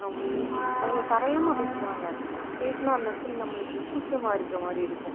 அம் அவங்க சரளமாக பேசுவாங்க பேசினா அந்த இடத்துல நம்மளுக்கு கூச்சமாக இருக்கற மாதிரி இருக்கும்